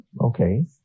okay